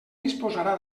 disposarà